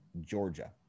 Georgia